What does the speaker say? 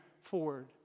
forward